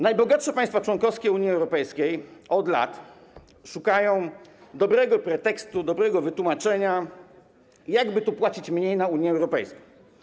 Najbogatsze państwa członkowskie Unii Europejskiej od lat szukają dobrego pretekstu, dobrego wytłumaczenia, jak by tu mniej płacić na Unię Europejską.